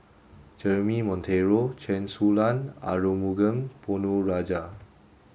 Jeremy Monteiro Chen Su Lan Arumugam Ponnu Rajah